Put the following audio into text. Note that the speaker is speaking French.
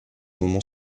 moment